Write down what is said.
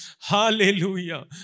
Hallelujah